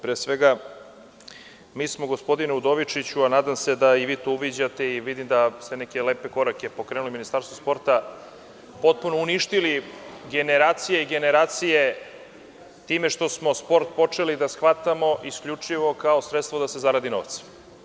Pre svega, mi smo gospodine Udovičiću, a nadam se da i vi to uviđate i vidim da ste neke lepe korake pokrenuli u Ministarstvu sporta, potpuno smo uništili generacije i generacije time što smo sport počeli da shvatamo isključivo kao sredstvo da se zaradi novac.